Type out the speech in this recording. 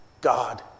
God